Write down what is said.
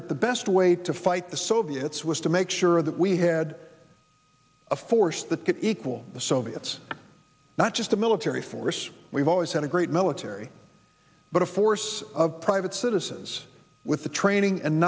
that the best way to fight the soviets was to make sure that we had a force that could equal the soviets not just a military force we've always had a great military but a force of private citizens with the training and